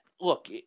look